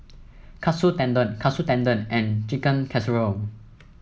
Katsu Tendon Katsu Tendon and Chicken Casserole